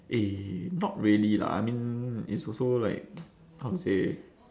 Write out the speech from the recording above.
eh not really lah I mean it's also like how to say